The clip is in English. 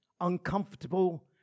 uncomfortable